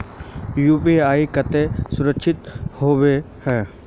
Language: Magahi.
यु.पी.आई केते सुरक्षित होबे है?